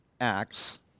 Acts